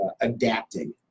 adapting